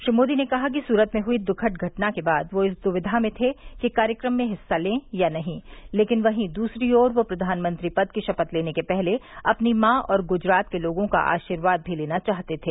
श्री मोदी ने कहा कि सूरत में हुई दुखद घटना के बाद वे इस दुविया में थे कि कार्यक्रम में हिस्सा लें या नहीं लेकिन वहीं दूसरी ओर वे प्रधानमंत्री पद की शपथ लेने के पहले अपनी मां और गुजरात के लोगों का आर्शीवाद भी लेना चाहते थे